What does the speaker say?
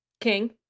King